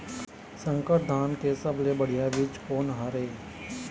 संकर धान के सबले बढ़िया बीज कोन हर ये?